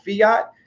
fiat